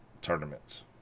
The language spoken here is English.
tournaments